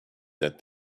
that